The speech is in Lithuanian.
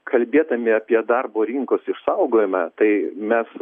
kalbėdami apie darbo rinkos išsaugojimą tai mes